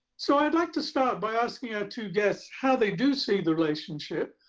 so i'd like to start by asking our two guests, how they do see the relationship.